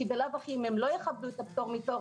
כי בלאו הכי אם הם לא יכבדו את הפטור מתור,